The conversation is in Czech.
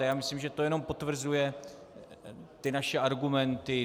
Já myslím, že to jenom potvrzuje naše argumenty.